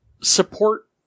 support